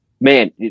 Man